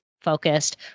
focused